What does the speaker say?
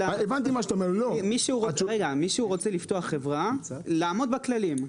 מישהו רוצה לפתוח חברה, לעמוד בכללים.